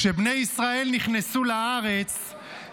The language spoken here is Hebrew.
כשבני ישראל נכנסו לארץ,